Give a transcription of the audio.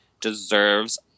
deserves